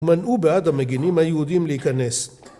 מנעו בעד המגנים היהודים להיכנס.